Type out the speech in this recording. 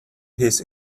his